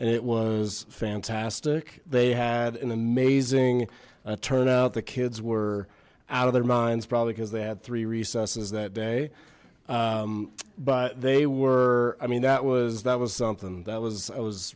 and it was fantastic they had an amazing turnout the kids were out of their minds probably because they had three recesses that day but they were i mean that was that was something that was i was